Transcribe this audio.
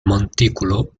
montículo